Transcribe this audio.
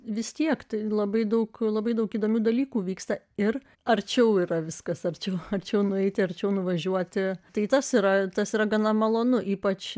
vis tiek tai labai daug labai daug įdomių dalykų vyksta ir arčiau yra viskas arčiau arčiau nueiti arčiau nuvažiuoti tai tas yra tas yra gana malonu ypač